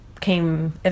came